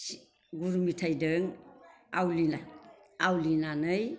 गुर मिथाइजों आवलिनानै